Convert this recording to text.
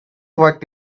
what